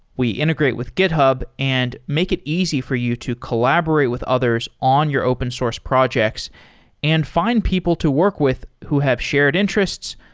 we integrate with github and make it easy for you to collaborate with others on your open source projects and find people to work with who have shared interests,